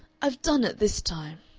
i've done it this time!